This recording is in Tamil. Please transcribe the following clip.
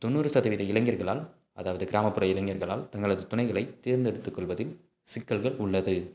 தொண்ணூறு சதவீத இளைஞர்களால் அதாவது கிராமப்புற இளைஞர்களால் தங்களது துணைகளை தேர்ந்தெடுத்து கொள்வதில் சிக்கல்கள் உள்ளது